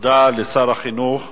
תודה לשר החינוך.